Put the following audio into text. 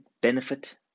benefit